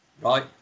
Right